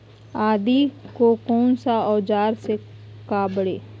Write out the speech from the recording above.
आदि को कौन सा औजार से काबरे?